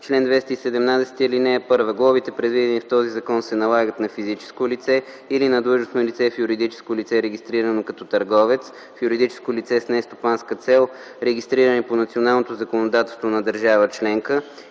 „Чл. 217. (1) Глобите, предвидени в този закон, се налагат на физическо лице или на длъжностно лице в юридическо лице, регистрирано като търговец, в юридическо лице с нестопанска цел, регистрирани по националното законодателство на държава членка